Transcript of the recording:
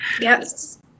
Yes